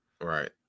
Right